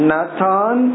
Nathan